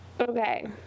Okay